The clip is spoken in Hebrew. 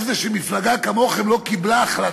אבל הרב גפני דיבר על איך זה שמפלגה כמוכם לא קיבלה החלטה,